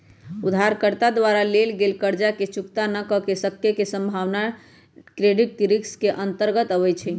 उधारकर्ता द्वारा लेल गेल कर्जा के चुक्ता न क सक्के के संभावना क्रेडिट रिस्क के अंतर्गत आबइ छै